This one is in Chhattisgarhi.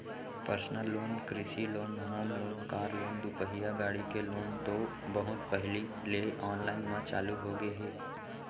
पर्सनल लोन, कृषि loan, home loan, car loan, दुपहिया गाड़ी के लोन तो बहुत पहिली ले आनलाइन म चालू होगे हे